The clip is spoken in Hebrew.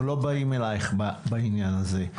אנחנו לא באים אלייך בעניין הזה.